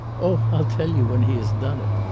oh, i'll tell you when he has done it!